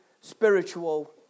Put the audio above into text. spiritual